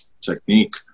technique